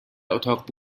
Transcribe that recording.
اتاق